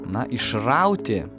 na išrauti